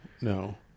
no